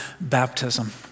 baptism